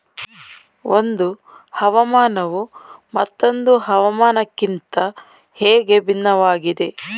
ಒಂದು ಹವಾಮಾನವು ಮತ್ತೊಂದು ಹವಾಮಾನಕಿಂತ ಹೇಗೆ ಭಿನ್ನವಾಗಿದೆ?